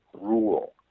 rule